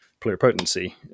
pluripotency